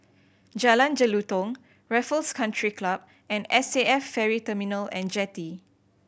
Jalan Jelutong Raffles Country Club and S A F Ferry Terminal And Jetty